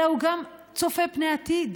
אלא הוא גם צופה פני עתיד,